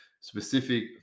specific